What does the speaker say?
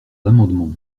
l’amendement